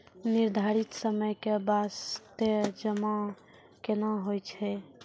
निर्धारित समय के बास्ते जमा केना होय छै?